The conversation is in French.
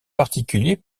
particulier